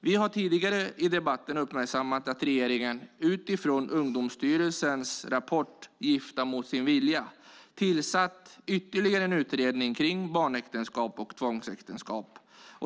Vi har tidigare i debatten uppmärksammat att regeringen, utifrån Ungdomsstyrelsens rapport Gifta mot sin vilja , tillsatt ytterligare en utredning om barnäktenskap och tvångsäktenskap.